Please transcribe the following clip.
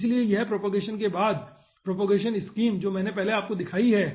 इसलिए यह प्रोपोगेशन के बाद है प्रोपोगेशन स्कीम जो मैंने पहले ही आपको दिखाई है